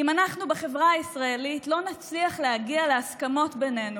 אם אנחנו בחברה הישראלית לא נצליח להגיע להסכמות בינינו,